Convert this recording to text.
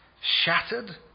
shattered